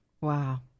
Wow